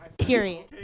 Period